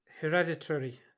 hereditary